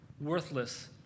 worthless